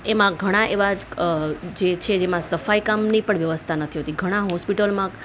એમાં ઘણા એવા જે છે જેમાં સફાઈકામની પણ વ્યવસ્થા નથી હોતી ઘણા હોસ્પિટલમાં